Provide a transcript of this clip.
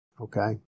Okay